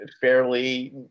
fairly